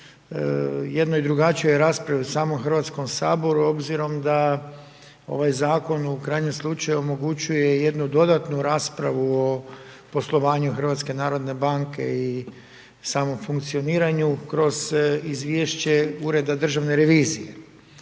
jednoj drugačijoj raspravi u samom Hrvatskom saboru, obzirom da ovaj zakon, u krajnjem slučaju, omogućuje jednu dodatnu raspravu o poslovanju HNB-a i samom funkcioniranju kroz izvješće Ureda državne revizije.